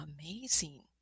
amazing